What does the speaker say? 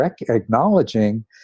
acknowledging